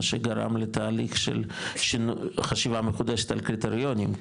מה שגרם לתהליך של חשיבה מחודשת על הקריטריונים,